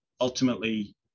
ultimately